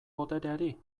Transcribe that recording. botereari